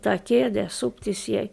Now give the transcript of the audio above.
tą kėdę suptis jai